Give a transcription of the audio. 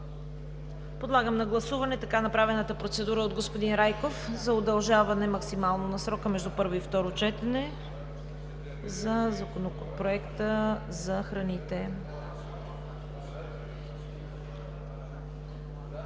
Подлагам на гласуване направената процедура от господин Райков за максимално удължаване на срока между първо и второ четене за Законопроекта за храните.